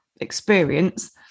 experience